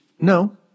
No